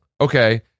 okay